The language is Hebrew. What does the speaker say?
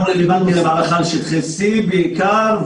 גם רלוונטי למערכה על שטחי C בעיקר,